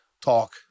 talk